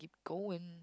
go in